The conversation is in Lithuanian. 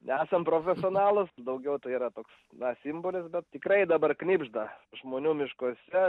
nesam profesionalūs daugiau tai yra toks na simbolis bet tikrai dabar knibžda žmonių miškuose